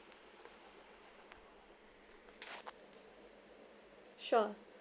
sure